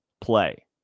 play